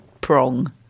prong